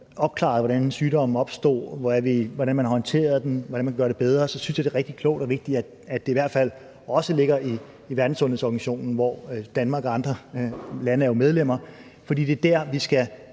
opklaret, hvordan sygdommen opstod, og hvordan man håndterede den, og hvordan man kan gøre det bedre, at jeg så synes, det er rigtig klogt og vigtigt, at det i hvert fald også ligger i Verdenssundhedsorganisationen, som Danmark og andre lande jo er medlemmer af. For det er der, vi skal